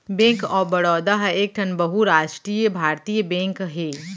bank of Baroda ह एकठन बहुरास्टीय भारतीय बेंक हे